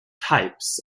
types